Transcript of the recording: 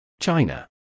China